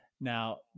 Now